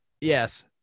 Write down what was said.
Yes